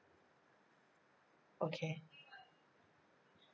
okay